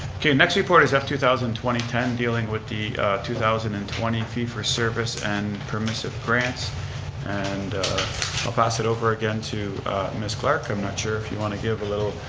okay, next report is f two thousand and twenty ten, dealing with the two thousand and twenty fee for service and permissive grants and i'll pass it over again to ms. clark. i'm not sure if you want to give a little